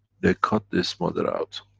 they cut this mother out.